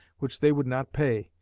which they would not pay.